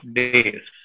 days